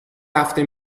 هفته